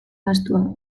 gastua